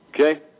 Okay